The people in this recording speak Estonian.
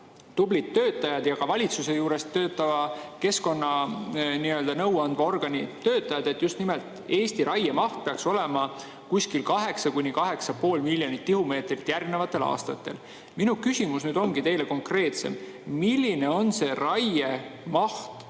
tublid töötajad ja ka valitsuse juures töötava keskkonnanõu andva organi töötajad: just nimelt Eesti raiemaht peaks olema 8–8,5 miljonit tihumeetrit järgnevatel aastatel. Minu küsimus nüüd ongi teile konkreetsem: milline on see raiemaht